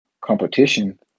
competition